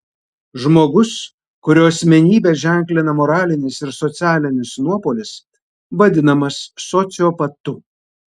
žmogus kurio asmenybę ženklina moralinis ir socialinis nuopolis vadinamas sociopatu